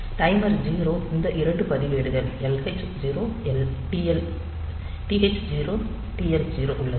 timer 0 க்கு இந்த 2 பதிவேடுகள் TH0 TL0 உள்ளன